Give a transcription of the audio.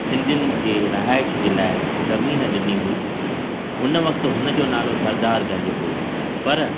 सिंधियुनि जे रिहाइश जे लाइ ज़मीन ॾिनी हुई उन वक़्ति हुनजो नालो सरदार गंज हो पर